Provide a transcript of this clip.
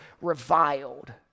reviled